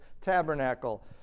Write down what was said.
tabernacle